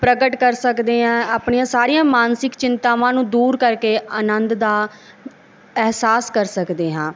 ਪ੍ਰਗਟ ਕਰ ਸਕਦੇ ਹਾਂ ਆਪਣੀਆਂ ਸਾਰੀਆਂ ਮਾਨਸਿਕ ਚਿੰਤਾਵਾਂ ਨੂੰ ਦੂਰ ਕਰਕੇ ਅਨੰਦ ਦਾ ਅਹਿਸਾਸ ਕਰ ਸਕਦੇ ਹਾਂ